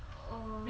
err